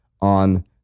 on